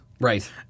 Right